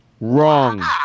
Wrong